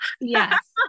Yes